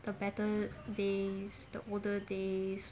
the better days the older days